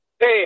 Hey